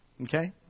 Okay